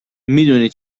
میدونی